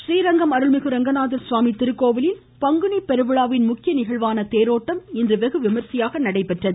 கோவில் றீரங்கம் அருள்மிகு அரங்கநாதர் திருக்கோவிலில் பங்குனி பெருவிழாவின் முக்கிய நிகழ்வான தேரோட்டம் இன்று வெகுவிமர்சையாக நடைபெற்றது